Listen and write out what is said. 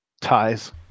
ties